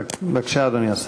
בבקשה, אדוני.